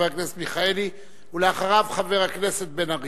חבר הכנסת מיכאלי, ואחריו, חבר הכנסת בן-ארי.